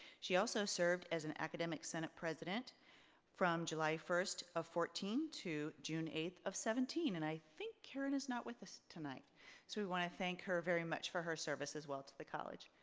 she also served as an academic senate president from july first of fourteen to june eighth of seventeen and i think karen is not with us tonight so we wanna thank her very much for her service as well to the college.